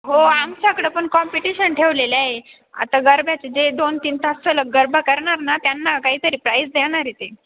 हो आमच्याकडं पण कॉम्पिटिशन ठेवलेलं आहे आता गरब्याचे जे दोन तीन तास सलग गरबा करणार ना त्यांना काहीतरी प्राईज देणार आहे ते